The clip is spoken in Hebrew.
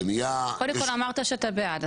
קודם כול אתה אמרת שאתה בעד,